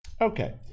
Okay